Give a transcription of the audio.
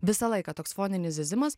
visą laiką toks foninis zyzimas